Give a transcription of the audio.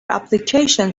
application